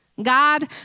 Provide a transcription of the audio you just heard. God